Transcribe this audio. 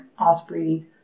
Osprey